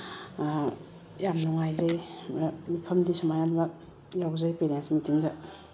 ꯌꯥꯝ ꯅꯨꯡꯉꯥꯏꯖꯩ ꯃꯤꯐꯝꯗꯤ ꯁꯨꯃꯥꯏꯅ ꯌꯥꯎꯖꯩ ꯄꯦꯔꯦꯟꯁ ꯃꯤꯇꯤꯡꯗ